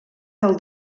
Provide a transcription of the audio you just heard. del